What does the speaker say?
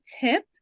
tip